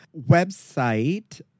website